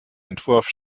entwurf